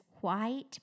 white